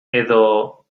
edo